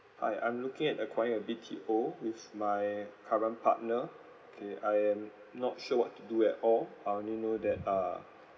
hi I'm looking at acquiring a B_T_O with my current partner okay I am not sure what to do at all I didn't know that uh